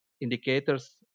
indicators